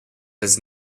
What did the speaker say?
does